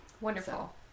Wonderful